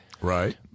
Right